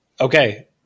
okay